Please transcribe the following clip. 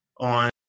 on